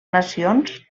nacions